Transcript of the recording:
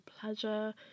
pleasure